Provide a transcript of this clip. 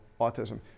autism